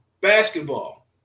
Basketball